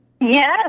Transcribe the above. yes